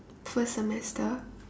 first semester